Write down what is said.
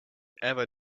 ever